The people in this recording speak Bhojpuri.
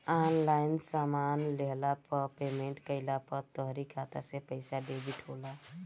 ऑनलाइन सामान लेहला पअ पेमेंट कइला पअ तोहरी खाता से पईसा डेबिट होला